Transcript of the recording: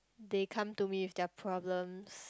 they come to me with their problems